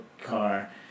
car